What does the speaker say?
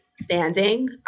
standing